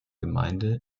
gemeinde